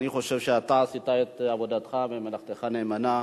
אני חושב שאתה עשית את עבודתך ומלאכתך נאמנה.